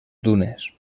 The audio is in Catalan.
dunes